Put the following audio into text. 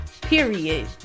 Period